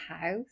house